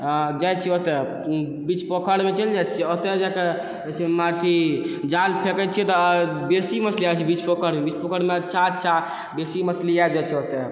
जाइ छिए छिए ओतऽ बीच पोखरिमे चलि जाइ छिए आओर ओतऽ जाकऽ अथी जाल फेकै छिए तऽ बेसी मछली आबै छै बीच पोखरिमे बीच पोखरिमे अच्छा अच्छा बेसी मछली आबि जाइ छै ओतऽ